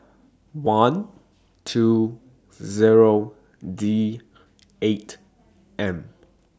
one two Zero D eight M